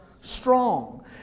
strong